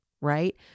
right